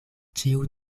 ĉiu